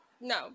No